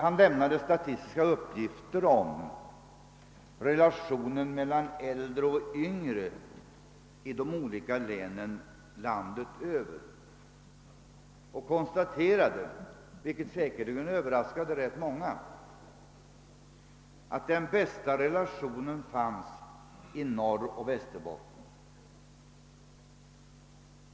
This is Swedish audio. Han lämnade statistiska uppgifter om relationen mellan antalet äldre och yngre i de olika länen landet över och konstaterade — vilket säkerligen överraskade många — att den mest gynnsamma relationen fanns i Norrbotten och Västerbotten.